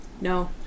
No